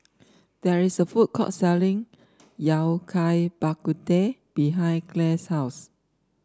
there is a food court selling Yao Cai Bak Kut Teh behind Clay's house